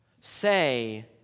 say